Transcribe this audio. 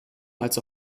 als